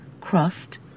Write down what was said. crossed